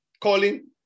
Colin